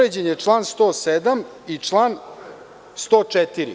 je član 107. i član 104.